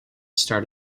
start